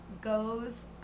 goes